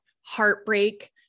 heartbreak